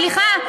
סליחה,